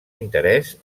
interès